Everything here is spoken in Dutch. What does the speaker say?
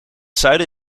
zuiden